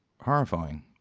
horrifying